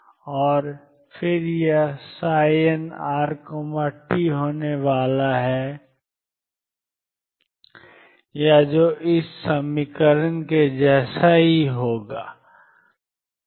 और फिर यह nrt होने वाला है या जो nCnnre iEnt जैसा ही है